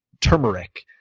turmeric